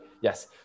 Yes